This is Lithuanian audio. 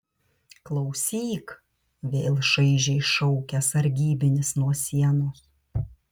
klausyk vėl šaižiai šaukia sargybinis nuo sienos